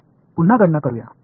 चला पुन्हा गणना करूया